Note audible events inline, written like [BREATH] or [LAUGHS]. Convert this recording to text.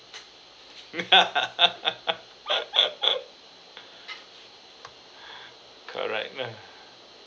[LAUGHS] [BREATH] correct ma'am [BREATH]